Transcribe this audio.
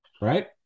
right